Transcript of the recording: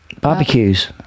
Barbecues